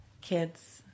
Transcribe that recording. kids